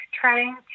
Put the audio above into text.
trying